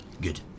Good